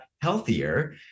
healthier